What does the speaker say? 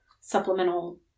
supplemental